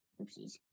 Oopsies